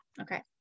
Okay